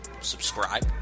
subscribe